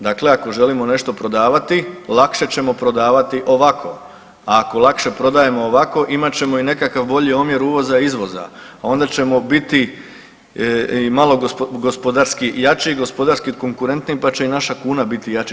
Dakle, dakle ako želimo nešto prodavati lakše ćemo prodavati ovako, a ako lakše prodajemo ovako imat ćemo i nekakav bolji omjer uvoza-izvoza onda ćemo biti i malo gospodarski jači, gospodarski konkurentniji pa će i naša kuna biti jača.